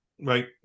Right